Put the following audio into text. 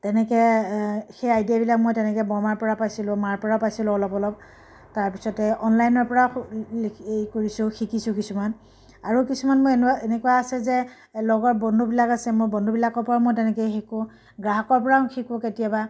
তেনেকৈ সেই আইডিয়াবিলাক মই তেনেকৈ বৰমাৰ পৰা পাইছিলোঁ মাৰ পৰা পাইছিলোঁ অলপ অলপ তাৰ পিছতে অনলাইনৰ পৰা হেৰি কৰিছোঁ শিকিছোঁ কিছুমান আৰু কিছুমান মই এনেকুৱা আছে যে লগৰ বন্ধুবিলাক আছে মোৰ বন্ধুবিলাকৰ পৰাও মই তেনেকৈ শিকোঁ গ্ৰাহকৰ পৰাও শিকোঁ কেতিয়াবা